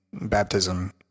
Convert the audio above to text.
baptism